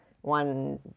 one